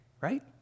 Right